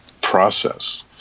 process